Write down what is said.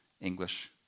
English